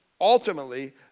ultimately